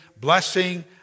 blessing